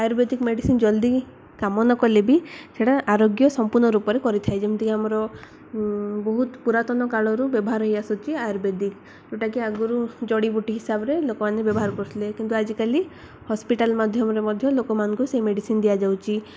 ଆୟୁର୍ବେଦିକ medicine ଜଲ୍ଦି କାମ ନକଲେ ବି ସେଇଟା ଆରୋଗ୍ୟ ସମ୍ପୂର୍ଣ୍ଣ ରୂପରେ କରିଥାଏ ଯେମିତିକି ଆମର ବହୁତ ପୁରାତନକାଳରୁ ବ୍ୟବହାର ହେଇଆସୁଛି ଆୟୁର୍ବେଦିକ ଯେଉଁଟାକି ଆଗରୁ ଜଡ଼ିିବୁଟି ହିସାବରେ ଲୋକମାନେ ବ୍ୟବହାର କରୁଥିଲେ କିନ୍ତୁ ଆଜିକାଲି ହସ୍ପିଟାଲ୍ ମାଧ୍ୟମରେ ମଧ୍ୟ ଲୋକମାନଙ୍କୁ ସେ ମେଡ଼ିସିନ୍ ଦିଆଯାଉଛି